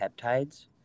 peptides